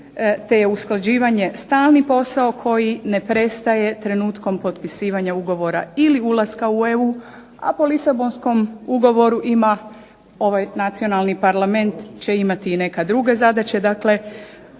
te je usklađivanje stalni posao koji ne prestaje trenutkom potpisivanja ugovora ili ulaska u EU, a po Lisabonskom ugovoru ima ovaj nacionalni parlament će imati i neke druge zadaće. Dakle,